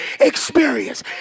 experience